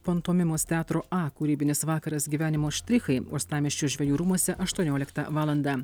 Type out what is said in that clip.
pantomimos teatro a kūrybinis vakaras gyvenimo štrichai uostamiesčio žvejų rūmuose aštuonioliktą valandą